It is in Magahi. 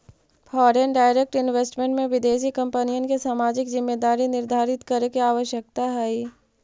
फॉरेन डायरेक्ट इन्वेस्टमेंट में विदेशी कंपनिय के सामाजिक जिम्मेदारी निर्धारित करे के आवश्यकता हई